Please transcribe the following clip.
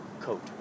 coat